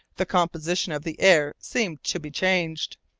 the composition of the air seemed to be changed,